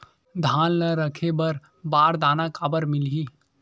धान ल रखे बर बारदाना काबर मिलही?